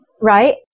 Right